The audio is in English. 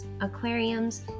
aquariums